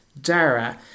Dara